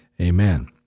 Amen